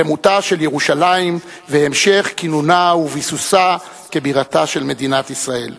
שלמותה של ירושלים והמשך כינונה וביסוסה כבירתה של מדינת ישראל.